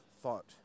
thought